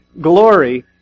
glory